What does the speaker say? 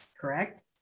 correct